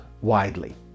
widely